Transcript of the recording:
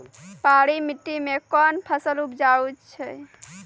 पहाड़ी मिट्टी मैं कौन फसल उपजाऊ छ?